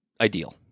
ideal